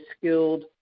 skilled